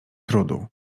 trudu